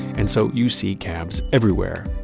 and so, you see cabs everywhere.